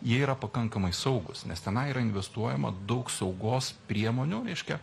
jie yra pakankamai saugūs nes tenai yra investuojama daug saugos priemonių reiškia